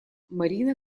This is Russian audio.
марина